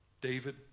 David